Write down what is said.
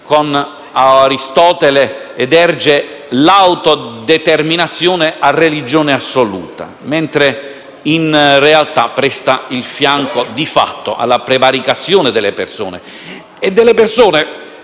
con Aristotele, ed erge l'autodeterminazione a religione assoluta, mentre, in realtà, presta il fianco - di fatto - alla prevaricazione delle persone più deboli